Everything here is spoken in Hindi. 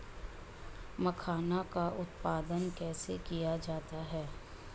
मखाना का उत्पादन कैसे किया जाता है?